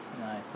Nice